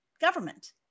government